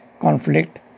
conflict